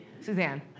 Suzanne